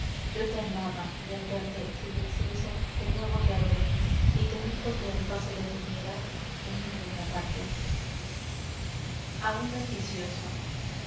yo te amaba y al verte silencioso de nuevo te adoré y temiendo que el paso detuvieras humilde me aparté a un ambicioso